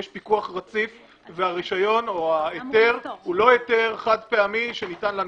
יש פיקוח רציף והרישיון או ההיתר הוא לא היתר חד-פעמי שניתן לנצח.